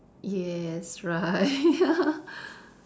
yes right